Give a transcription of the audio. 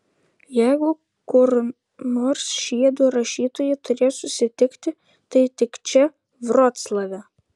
jeigu kur nors šie du rašytojai turėjo susitikti tai tik čia vroclave